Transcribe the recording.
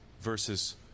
versus